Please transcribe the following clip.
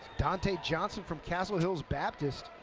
donte johnson from castle hills baptist,